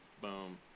boom